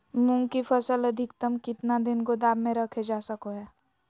मूंग की फसल अधिकतम कितना दिन गोदाम में रखे जा सको हय?